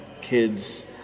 kids